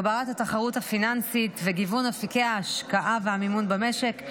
הגברת התחרות הפיננסית וגיוון אפיקי ההשקעה והמימון במשק,